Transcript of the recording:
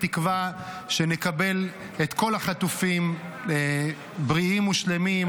בתקווה שנקבל את כל החטופים בריאים ושלמים,